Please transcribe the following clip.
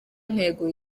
ntego